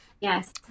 Yes